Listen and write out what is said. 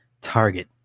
target